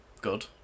good